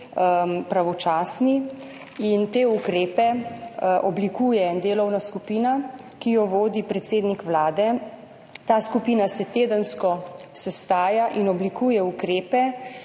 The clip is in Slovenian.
pravočasni. Te ukrepe oblikuje delovna skupina, ki jo vodi predsednik Vlade. Ta skupina se tedensko sestaja in oblikuje ukrepe.